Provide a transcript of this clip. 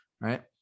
right